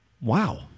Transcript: Wow